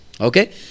Okay